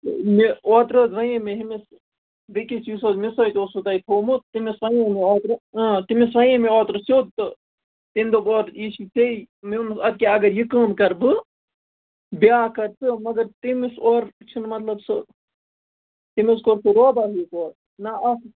مےٚ اوترٕ حظ وَنے مےٚ ہُمِس بیٚکِس یُس حظ مےٚ سۭتۍ اوٚسُو تۄہہِ تھومُت تٔمِس وَنے مےٚ اوترٕ تٔمِس وَنے مےٚ اوترٕ سیوٚد تہٕ تٔمۍ دوٚپ اورٕ یہِ چھی ژےٚ مےٚ ووٚنمَس اَدٕکیٛاہ اگر یہِ کٲم کَرٕ بہٕ بیاکھ کَر ژٕ مگر تٔمِس اورٕ چھُنہٕ مطلب سُہ تٔمۍ حظ کوٚر سُہ روبہ ہیُو توٚرٕ نہ اَتھ